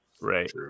Right